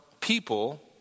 people